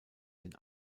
den